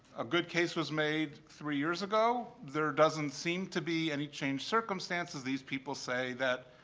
a good case was made three years ago. there doesn't seem to be any changed circumstances. these people say that